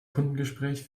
kundengespräch